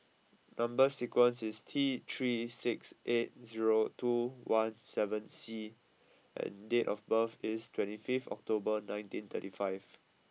number sequence is T three six eight zero two one seven C and date of birth is twenty fifth October nineteen thirty five